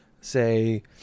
say